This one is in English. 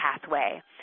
pathway